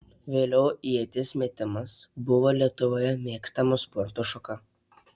vėliau ieties metimas buvo lietuvoje mėgstama sporto šaka